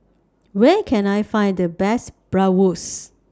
Where Can I Find The Best Bratwurst